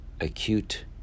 Acute